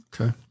Okay